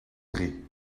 drie